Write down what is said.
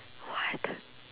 what